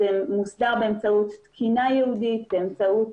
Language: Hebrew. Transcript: זה מוסדר באמצעות תקינה ייעודית ובאמצעות